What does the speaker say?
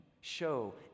show